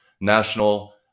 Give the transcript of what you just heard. national